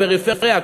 לפריפריה,